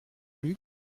luc